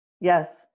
Yes